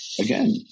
again